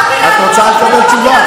באתי לעבוד ולא באתי לעשות הצגות,